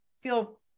feel